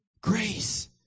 Grace